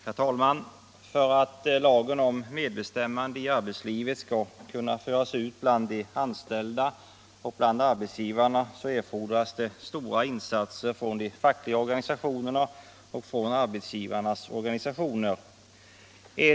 Herr talman! För att lagen om medbestämmande i arbetslivet skall kunna föras ut bland de anställda och bland arbetsgivarna så erfordras det stora insatser från de fackliga organisationerna och från arbetsgivarnas Nr 146 organisationer.